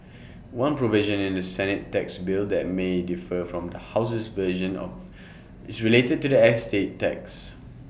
one provision in the Senate tax bill that may differ from the House's version of is related to the estate tax